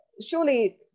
surely